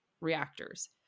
reactors